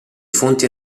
fonti